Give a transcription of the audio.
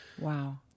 wow